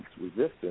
resistance